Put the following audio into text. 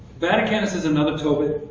vaticanus has another tobit,